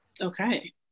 okay